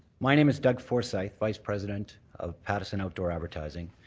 my name is doug forsythe, vice-president of pattison outdoor advertising.